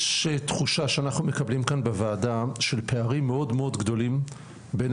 יש תחושה שאנחנו מקבלים כאן בוועדה של פערים מאוד מאוד גדולים בין